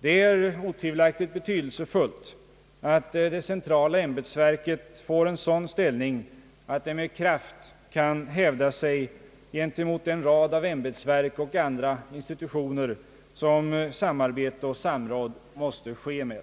Det är otvivelaktigt betydelsefullt att det centrala ämbetsverket får en sådan ställning att det med kraft kan hävda sig gentemot den rad av ämbetsverk och andra institutioner som samarbete och samråd måste ske med.